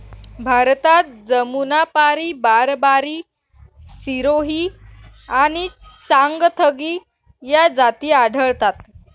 भारतात जमुनापारी, बारबारी, सिरोही आणि चांगथगी या जाती आढळतात